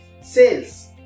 sales